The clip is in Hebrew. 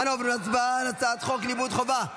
אנו עוברים להצבעה על הצעת חוק לימוד חובה (תיקון,